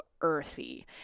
earthy